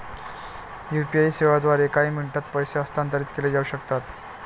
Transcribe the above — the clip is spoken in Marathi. यू.पी.आई सेवांद्वारे काही मिनिटांत पैसे हस्तांतरित केले जाऊ शकतात